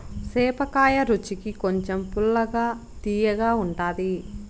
సేపకాయ రుచికి కొంచెం పుల్లగా, తియ్యగా ఉంటాది